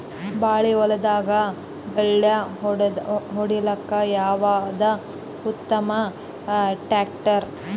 ಬಾಳಿ ಹೊಲದಾಗ ಗಳ್ಯಾ ಹೊಡಿಲಾಕ್ಕ ಯಾವದ ಉತ್ತಮ ಟ್ಯಾಕ್ಟರ್?